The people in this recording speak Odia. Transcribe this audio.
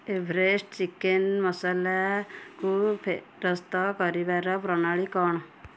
ଏଭରେଷ୍ଟ୍ ଚିକେନ୍ ମସଲାକୁ ଫେରସ୍ତ କରିବାର ପ୍ରଣାଳୀ କ'ଣ